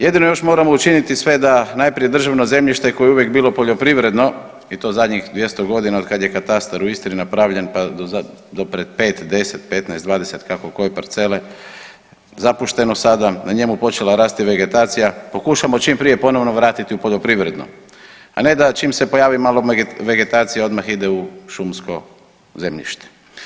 Jedino još moramo učiniti sve da najprije državno zemljište koje je uvijek bilo poljoprivredno i to zadnjih 200 godina od kada je katastar u Istri napravljen pa do pred 5,10,15,20 kako koje parcele zapušteno sada, na njemu počela rasti vegetacija, pokušamo čim prije vratiti u poljoprivredno, a ne da čim se malo pojavi vegetacije odmah ide u šumsko zemljište.